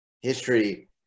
history